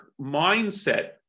mindset